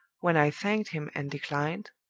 when i thanked him and declined,